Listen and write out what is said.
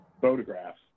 photographs